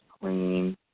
clean